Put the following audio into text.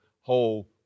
whole